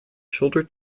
shoulder